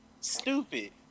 Stupid